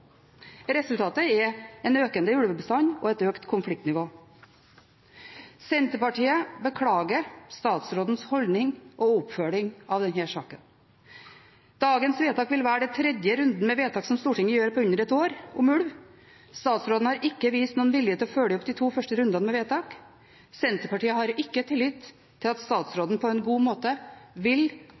Resultatet er en økende ulvebestand og et økt konfliktnivå. Senterpartiet beklager statsrådens holdning og oppfølging av denne saken. Dagens vedtak vil være den tredje runden med vedtak som Stortinget gjør på under ett år om ulv. Statsråden har ikke vist noen vilje til å følge opp de to første rundene med vedtak. Senterpartiet har ikke tillit til at statsråden på en god måte vil